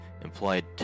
implied